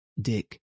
Dick